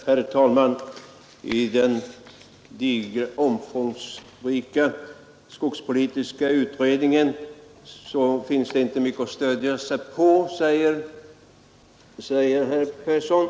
Herr talman! I den digra och omfångsrika skogspolitiska utredningen finns det här inte mycket att stödja sig på, säger herr Persson i Karlstad.